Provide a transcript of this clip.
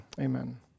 amen